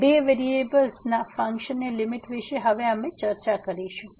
તેથી બે વેરિયેબલના ફંક્શનની લીમીટ વિષે અમે હવે ચર્ચા કરીશું